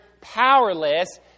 powerless